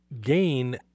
gain